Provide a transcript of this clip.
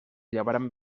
llevarem